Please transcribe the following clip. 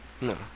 No